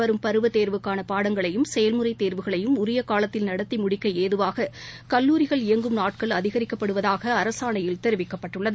வரும் பருவத் தேர்வுக்கான பாடங்களையும் செயல்முறை தேர்வுகளையும் உரிய காலத்தில் நடத்தி முடிக்க ஏதுவாக கல்லூரிகள் இயங்கும் நாட்கள் அதிகரிக்கப்படுவதாக அரசாணையில் தெரிவிக்கப்பட்டுள்ளது